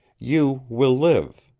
you will live.